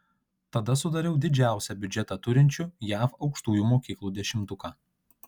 tada sudariau didžiausią biudžetą turinčių jav aukštųjų mokyklų dešimtuką